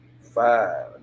five